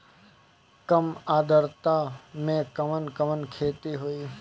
कम आद्रता में कवन कवन खेती होई?